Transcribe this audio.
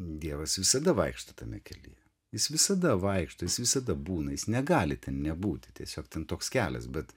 dievas visada vaikšto tame kelyje jis visada vaikšto jis visada būna jis negali ten nebūti tiesiog ten toks kelias bet